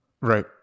Right